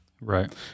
Right